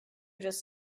just